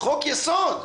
חוק יסוד.